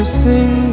sing